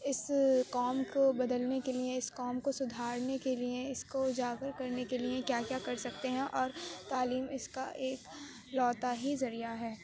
اس قوم کو بدلنے کے لیے اس قوم کو سدھارنے کے لیے اس کو اجاگر کر نے کے لیے کیا کیا کر سکتے ہیں اور تعلیم اس کا ایک اکلوتا ہی ذریعہ ہے